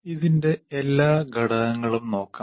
ഇതിന്റെ എല്ലാ ഘടകങ്ങളും നോക്കാം